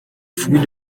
fruit